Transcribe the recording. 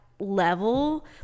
level